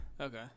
Okay